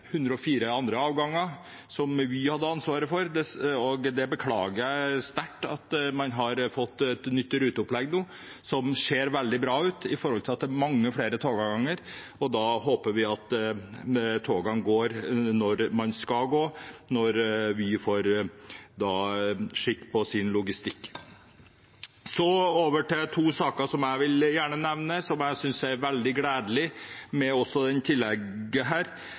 104 andre avganger, som Vy hadde ansvaret for. Det beklager jeg sterkt. Man har nå fått et nytt ruteopplegg som ser veldig bra ut, ved at det er mange flere togavganger, og da håper vi at togene går når de skal gå, når Vy får skikk på logistikken sin. Så til to saker som jeg gjerne vil nevne, og som jeg synes er veldig gledelig med